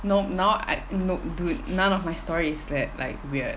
nope now I nope dude none of my story is that like weird